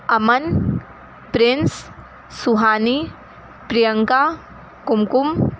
Aman Prince Suhani Priyanka Kumkum